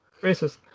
Racist